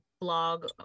blog